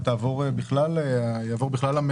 ויעבור בכלל המשק,